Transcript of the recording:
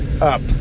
up